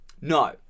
No